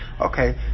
Okay